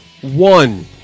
one